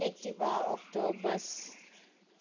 Activa auto bus